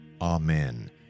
Amen